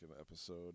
episode